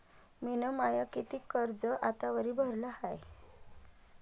मिन माय कितीक कर्ज आतावरी भरलं हाय?